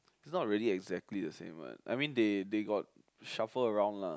it's not really exactly the same what I mean they they got shuffle around lah